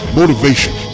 motivation